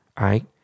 right